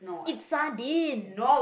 it's sardine